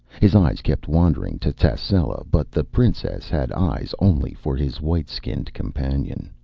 his eyes kept wandering to tascela, but the princess had eyes only for his white-skinned companion.